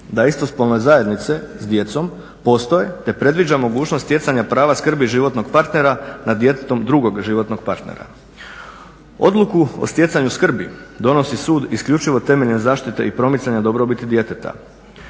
da istospolne zajednice s djecom postoje te predviđa mogućnost stjecanja prava, skrbi i životnog partnera nad djetetom drugog životnog partera. Odluku o stjecanju skrbi donosi sud isključivo temeljem zaštite i promicanja dobrobiti djeteta.